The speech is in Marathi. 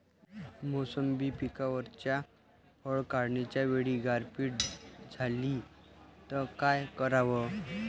मोसंबी पिकावरच्या फळं काढनीच्या वेळी गारपीट झाली त काय कराव?